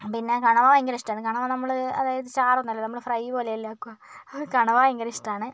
പിന്നെ കണവ ഭയങ്കരിഷ്ടമാണ് കണവ നമ്മൾ അതായത് ചാറൊന്നുമല്ലല്ലോ നമ്മൾ ഫ്രൈ പോലെയല്ലേ വെക്കുക അതു കണവ ഭയങ്കരിഷ്ടമാണ്